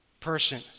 person